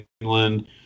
England